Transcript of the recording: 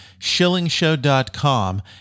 shillingshow.com